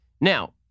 now